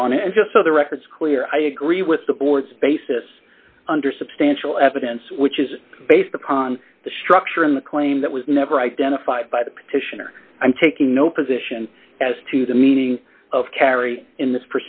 was on and just so the records clear i agree with the board's basis under substantial evidence which is based upon the structure in the claim that was never identified by the petitioner i'm taking no position as to the meaning of carry in this